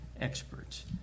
experts